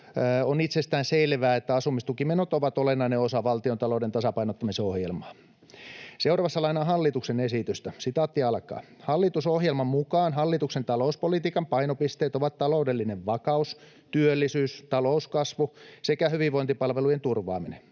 on itsestäänselvää, että asumistukimenot ovat olennainen osa valtiontalouden tasapainottamisohjelmaa. Seuraavassa lainaan hallituksen esitystä: ”Hallitusohjelman mukaan hallituksen talouspolitiikan painopisteet ovat taloudellinen vakaus, työllisyys, talouskasvu sekä hyvinvointipalvelujen turvaaminen.